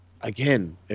Again